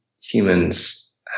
humans